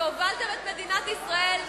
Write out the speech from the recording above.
שהובלתם את מדינת ישראל,